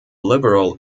liberal